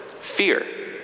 Fear